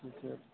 okay